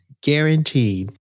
guaranteed